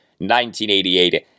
1988